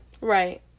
Right